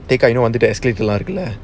tekka I know sk market இருக்குல்ல:irukkulla